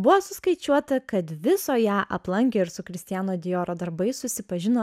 buvo suskaičiuota kad viso ją aplankė ir su kristiano dioro darbais susipažino